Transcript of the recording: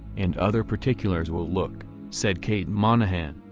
and other particulars will look, said kate monaghan,